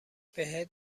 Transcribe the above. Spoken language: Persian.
بهت